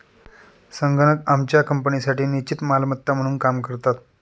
संगणक आमच्या कंपनीसाठी निश्चित मालमत्ता म्हणून काम करतात